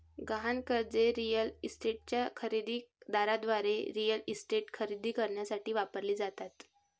गहाण कर्जे रिअल इस्टेटच्या खरेदी दाराद्वारे रिअल इस्टेट खरेदी करण्यासाठी वापरली जातात